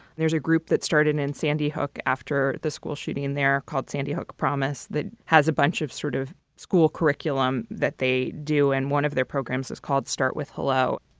there's a group that started in sandy hook after the school shooting there called sandy hook promise that has a bunch of sort of school curriculum that they do. and one of their programs is called start with hello.